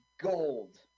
gold